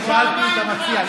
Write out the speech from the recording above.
שאלתי, שאלתי, אני שאלתי את המציע.